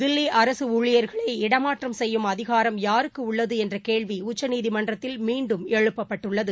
தில்லி அரசு ஊழியர்களை இடமாற்றம் செய்யும் அதிகாரம் யாருக்கு உள்ளது என்ற கேள்வி உச்சநீதிமன்றத்தில் மீண்டும் எழுப்பப்பட்டுள்ளது